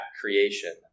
creation